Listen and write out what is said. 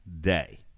day